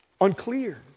unclear